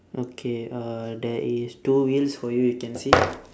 okay uh there is two wheels for you you can see